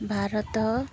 Bharat